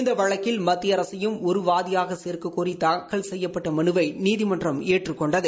இந்த வழக்கில் மத்திய அரசையும் ஒரு வாதியாக சேர்க்க கோரி தாக்கல் செய்யப்பட்ட மனுவை நீதிமன்றம் ஏற்றுக் கொண்டது